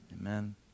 Amen